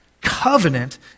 Covenant